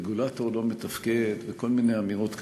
"רגולטור לא מתפקד" וכל מיני אמירות כאלה,